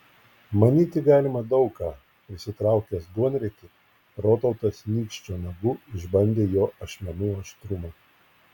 manyti galima daug ką prisitraukęs duonriekį rotautas nykščio nagu išbandė jo ašmenų aštrumą